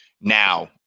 now